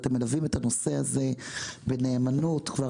אתם מלווים את הנושא הזה בנאמנות כבר